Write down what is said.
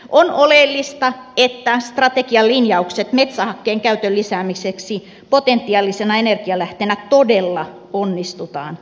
on oleellista että strategian linjaukset metsähakkeen käytön lisäämiseksi potentiaalisena energianlähteenä todella onnistutaan toteuttamaan